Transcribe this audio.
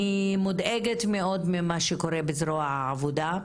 אני מודאגת מאוד ממה שקורה בזרוע העבודה.